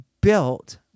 built